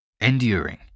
Enduring